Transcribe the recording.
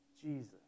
Jesus